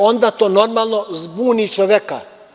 Onda to, normalno, zbuni čoveka.